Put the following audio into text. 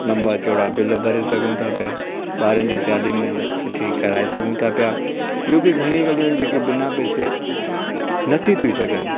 लंबा चौड़ा बिल भरे सघूं था पिया ॿारनि जी तयारी मेन सुठी कराए सघूं था पिया ॿियू बि घणी ॻाल्हियूं आहिनि जेके बिना पेसे नथी थियूं सघनि